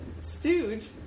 Stooge